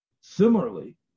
similarly